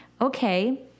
Okay